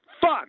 fun